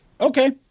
Okay